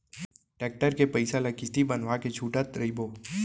tractor के पइसा ल किस्ती बंधवा के छूटत रइबो